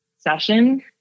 session